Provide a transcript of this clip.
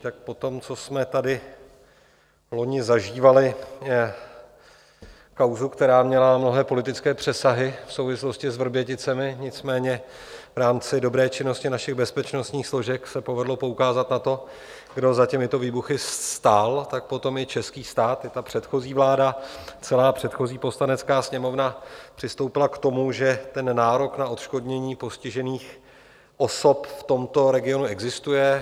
Po tom, co jsme tady loni zažívali kauzu, která měla mnohé politické přesahy v souvislosti s Vrběticemi, nicméně v rámci dobré činnosti našich bezpečnostních složek se povedlo poukázat na to, kdo za těmito výbuchy stál, tak potom i český stát a předchozí vláda, celá předchozí Poslanecká sněmovna přistoupila k tomu, že nárok na odškodnění postižených osob v tomto regionu existuje.